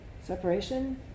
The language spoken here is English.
Separation